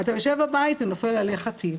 אתה יושב בבית, נופל עליך טיל.